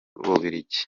bubiligi